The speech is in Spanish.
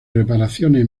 reparaciones